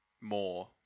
more